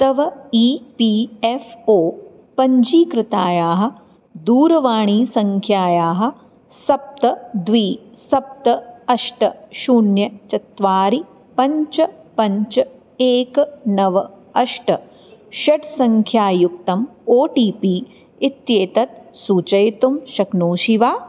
तव E P F O पञ्जीकृतायाः दूरवाणीसङ्ख्यायाः सप्त द्वि सप्त अष्ट शून्यं चत्वारि पञ्च पञ्च एकं नव अष्ट षट्सङ्ख्यायुक्तम् ओटीपी इत्येतत् सूचयितुं शक्नोषि वा